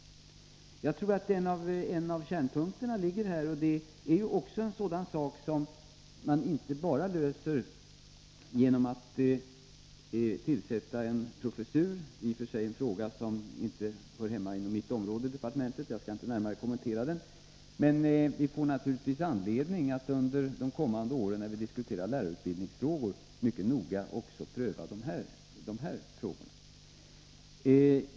Jag tror att en av kärnpunkterna ligger här, och det är ett sådant problem som man inte löser bara genom att tillsätta en professur. Det är i och för sig en fråga som inte hör hemma inom mitt område i departementet, och jag skall inte närmare kommentera den. Vi får naturligtvis när vi under kommande år diskuterar lärarutbildning anledning att mycket noga pröva också dessa frågor.